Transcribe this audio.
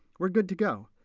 we're good to go.